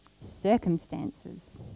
circumstances